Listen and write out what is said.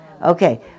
Okay